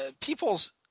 people's